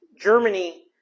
Germany